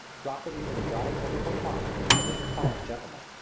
dropped it into the yawning overcoat pocket of the bucolic gentleman.